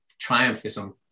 triumphism